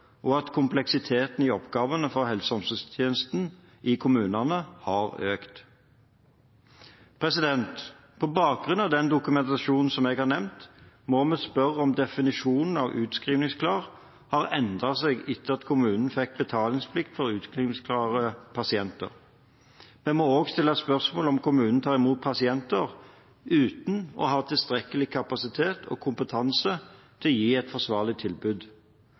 og at kompleksiteten i oppgavene for helse- og omsorgstjenesten i kommunene har økt. På bakgrunn av den dokumentasjonen som jeg har nevnt, må vi spørre om definisjonen av «utskrivningsklar» har endret seg etter at kommunene fikk betalingsplikt for utskrivningsklare pasienter. Vi må også stille spørsmål om kommunene tar imot pasienter uten å ha tilstrekkelig kapasitet og kompetanse til å gi et forsvarlig tilbud.